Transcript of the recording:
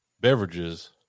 beverages